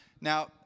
Now